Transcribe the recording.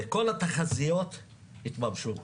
וכל התחזיות התממשו.